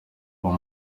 uwo